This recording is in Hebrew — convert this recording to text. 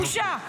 בושה.